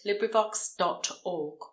LibriVox.org